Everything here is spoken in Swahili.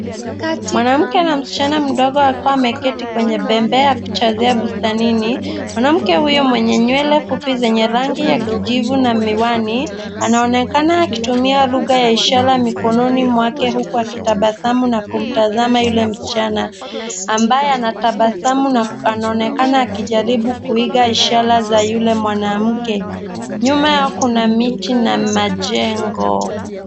Mwanamke na mschana mdogo wakiwa wameketi kwenye bembea ya kuchezea bustanini. Mwanamke huyo mwenye nywele fupi zenye rangi ya kijivu na miwani anaonekana akitumia lugha ya ishara mikononi mwake huku akitabasamu na kutazama yule mschana ambaye anatabasamu na anaonekana akijaribu kuiga ishara za yule mwanamke. Nyuma yao kuna miti na majengo.